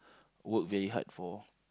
work very hard for